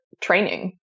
training